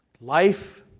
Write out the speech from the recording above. Life